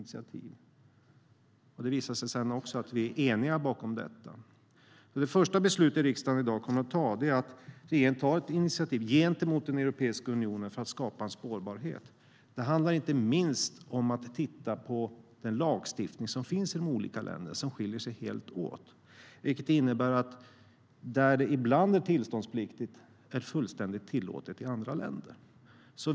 Det har också visat sig att vi står eniga bakom detta. Det första beslutet riksdagen kommer att fatta i dag är att regeringen ska ta ett initiativ gentemot Europeiska unionen för att skapa spårbarhet. Det handlar inte minst om att titta på att den lagstiftning som finns i de olika länderna helt skiljer sig åt, vilket innebär att det som är tillståndspliktigt i ett land är fullständigt tillåtet i andra länder.